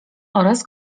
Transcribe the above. oraz